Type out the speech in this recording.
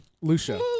Lucia